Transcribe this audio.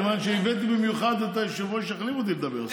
כיוון שהבאתי במיוחד את היושב-ראש שיחליף אותי כדי לדבר.